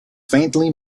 faintly